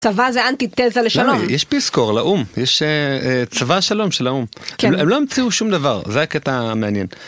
צבא זה אנטי תיזה לשלום. יש פיסקור לאו"ם, יש צבא השלום של האו"ם. כן. הם לא המציאו שום דבר, זה הקטע המעניין